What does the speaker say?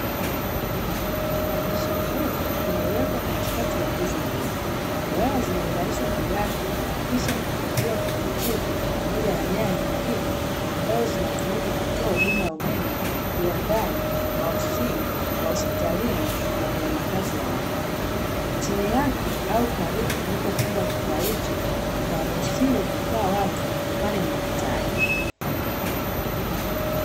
Kibadisha nguvu kimewekwa katikati ya nguzo mbili waya zimeunganishwa juu yake kisha kufungiwa kwenye nguzo pamoja na nyanya nyingine ambazo zinatumika kutoa huduma ya umeme viwandani, maofisini, mahospitalini, na kwenye makazi ya watu, chini yake au karibu kulipofungwa kifaa hicho haparuhusiwi kukaa watu kwani ni hatari .